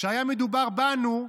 כשהיה מדובר בנו,